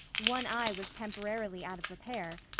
one eye was temporarily out of repair,